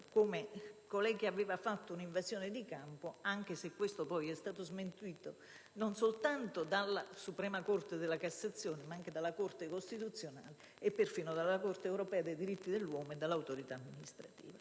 di aver fatto un'invasione di campo, anche se questo è stato poi smentito non soltanto dalla Suprema corte di cassazione, ma anche dalla Corte costituzionale e perfino dalla Corte europea dei diritti dell'uomo e dall'autorità amministrativa.